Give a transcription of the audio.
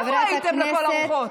איפה הייתם, לכל הרוחות?